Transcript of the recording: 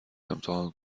امتحان